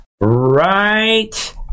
Right